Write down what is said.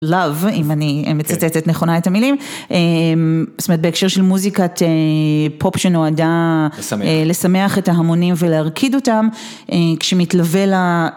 Love, אם אני מצטטת נכונה את המילים, זאת אומרת בהקשר של מוזיקת פופ שנועדה לשמח את ההמונים ולהרקיד אותם, כשמתלווה לה